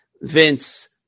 Vince